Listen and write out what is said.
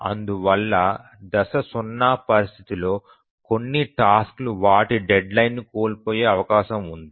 అందువల్ల దశ 0 పరిస్థితిలో కొన్ని టాస్క్ లు వాటి డెడ్లైన్ ను కోల్పోయే అవకాశం ఉంది